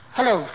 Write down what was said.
Hello